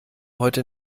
heute